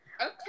Okay